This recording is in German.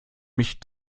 mich